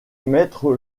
maître